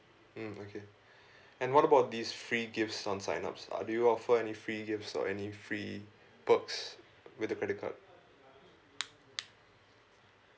mm okay and what about these free gifts on signs up ah do you offer any free gifts or any free perks with the credit card